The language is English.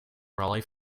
brolly